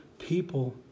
people